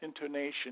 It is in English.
intonation